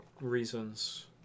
reasons